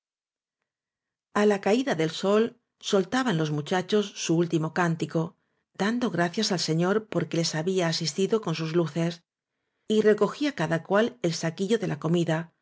la caída del sol soltaban los muchachos su último cántico dando gracias al señor por que les había asistido con sus luces y recogía v áñ cada cual el saquillo de la comida